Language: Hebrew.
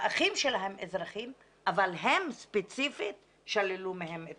האחים שלהם אזרחים אבל הם ספציפית, שללו מהם את